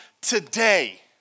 today